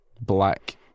black